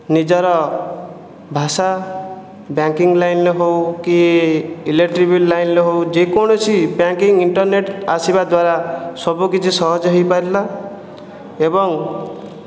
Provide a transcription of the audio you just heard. ନିଜର ଭାଷା ବ୍ୟାଙ୍କିଂ ଲାଇନ୍ରେ ହେଉ କି ଇଲେକ୍ଟ୍ରି ବିଲ୍ ଲାଇନ୍ରେ ହେଉ ଯେକୌଣସି ବ୍ୟାଙ୍କିଂ ଇଣ୍ଟରନେଟ୍ ଆସିବା ଦ୍ଵାରା ସବୁକିଛି ସହଜ ହୋଇପାରିଲା ଏବଂ